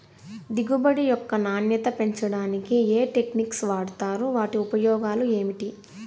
దిగుబడి యొక్క నాణ్యత పెంచడానికి ఏ టెక్నిక్స్ వాడుతారు వాటి ఉపయోగాలు ఏమిటి?